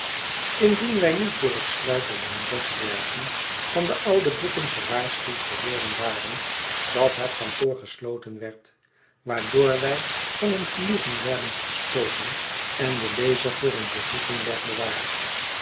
indien wij niet door het sluiten en wegbergen van de oude boeken gewaarschuwd geworden waren dat het kantoor gesloten werd waardoor wij van een genoegen werden verstoken en de lezer voor een bezoeking werd bevaard